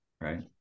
right